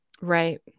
Right